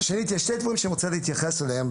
יש שני דברים שאני רוצה להתייחס אליהם,